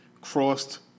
crossed